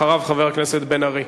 אחריו, חבר הכנסת בן-ארי,